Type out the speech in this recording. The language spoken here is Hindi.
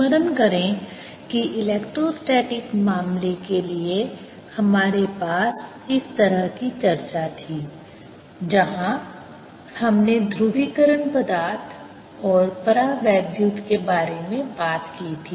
स्मरण करें कि इलेक्ट्रोस्टैटिक मामले के लिए हमारे पास इस तरह की चर्चा थी जहां हमने ध्रुवीकरण पदार्थ और परावैद्युत के बारे में बात की थी